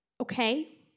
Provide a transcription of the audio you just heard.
Okay